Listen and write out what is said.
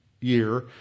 year